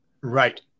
Right